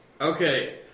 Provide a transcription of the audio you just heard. Okay